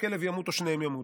הכלב ימות או שניהם ימותו.